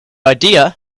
idea